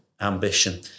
ambition